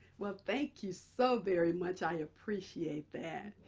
well, thank you so very much. i appreciate that.